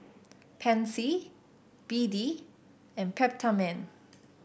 Pansy B D and Peptamen